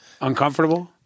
Uncomfortable